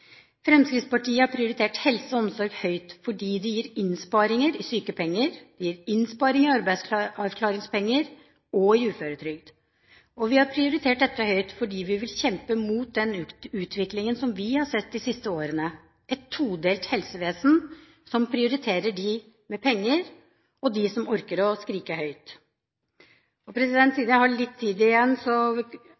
Fremskrittspartiet har prioritert helse og omsorg høyt fordi det gir innsparinger i sykepenger, det gir innsparinger i arbeidsavklaringspenger og i uføretrygd. Vi har prioritert dette høyt, fordi vi vil kjempe mot den utviklingen vi har sett de siste årene – et todelt helsevesen, som prioriterer dem med penger, og dem som orker å skrike høyt.